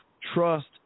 trust